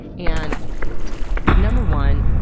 and number one,